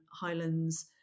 Highlands